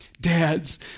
Dads